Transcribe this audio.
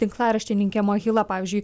tinklaraštininkė mahila pavyzdžiui